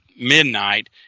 midnight